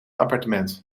appartement